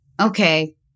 okay